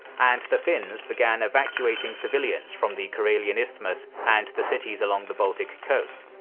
and the finns began evacuating civilians from the karelian isthmus and the cities along the baltic coast.